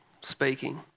speaking